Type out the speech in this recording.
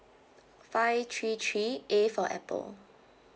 five three three A for apple